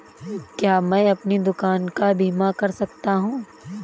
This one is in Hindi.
क्या मैं अपनी दुकान का बीमा कर सकता हूँ?